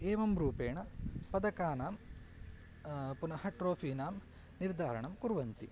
एवं रूपेण पदकानां पुनः ट्रोफ़ीनां निर्धारणं कुर्वन्ति